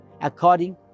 according